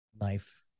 life